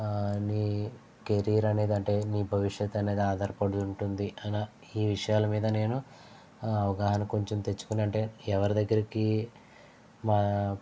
నీ కెరీర్ అనేది అంటే నీ భవిష్యత్తు అనేది ఆధారపడి ఉంటుంది అన ఈ విషయాల మీద నేను అవగాహన కొంచెం తెచ్చుకుని అంటే ఎవరి దగ్గరికి మా